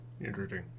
interesting